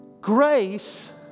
grace